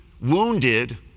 wounded